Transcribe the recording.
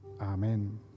Amen